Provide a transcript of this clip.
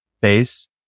base